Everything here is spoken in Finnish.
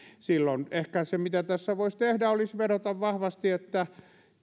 silloin ehkä se mitä tässä voisi tehdä olisi vedota vahvasti että